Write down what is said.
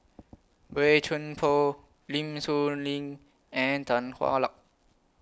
Boey Chuan Poh Lim Soo Ngee and Tan Hwa Luck